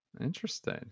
interesting